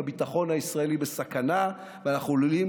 הביטחון הישראלי בסכנה ואנחנו עלולים